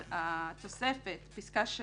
פסקה (3)